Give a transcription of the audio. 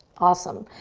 awesome.